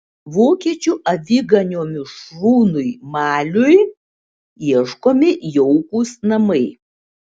vokiečių aviganio mišrūnui maliui ieškomi jaukūs namai